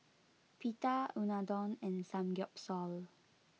Pita Unadon and Samgyeopsal